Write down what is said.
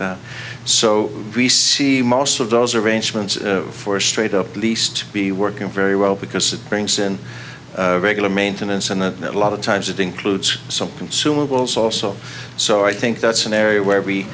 that so we see most of those arrangements for straight up at least be working very well because it brings in regular maintenance and a lot of times it includes some consumables also so i think that's an area where